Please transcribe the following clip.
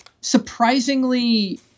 surprisingly